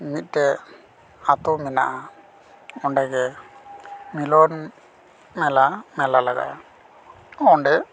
ᱢᱤᱫᱴᱮᱱ ᱟᱛᱳ ᱢᱮᱱᱟᱜᱼᱟ ᱚᱸᱰᱮᱜᱮ ᱢᱤᱞᱚᱱ ᱢᱮᱞᱟ ᱢᱮᱞᱟ ᱞᱟᱜᱟᱜᱼᱟ ᱚᱸᱰᱮ